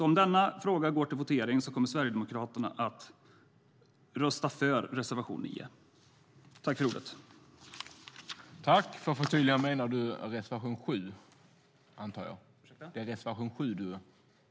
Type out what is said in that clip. Om denna fråga går till votering kommer Sverigedemokraterna att rösta för reservation 7 under punkt 9.